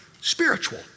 spiritual